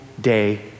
day